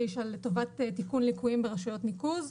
לטובת תיקון ליקויים ברשויות ניקוז.